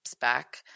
back